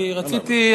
כי רציתי,